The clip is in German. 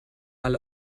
alle